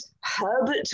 Herbert